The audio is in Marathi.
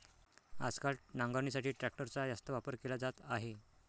आजकाल नांगरणीसाठी ट्रॅक्टरचा जास्त वापर केला जात आहे